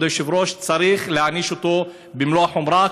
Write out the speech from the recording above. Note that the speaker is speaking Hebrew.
צריך להעניש אותו במלוא החומרה,